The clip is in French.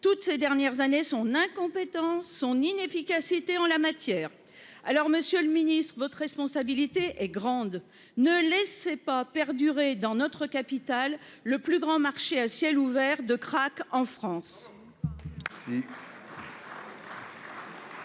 toutes ces dernières années son incompétence, son inefficacité en la matière, alors Monsieur le Ministre, votre responsabilité est grande, ne laissez pas perdurer dans notre capitale le plus grand marché à ciel ouvert de crack en France.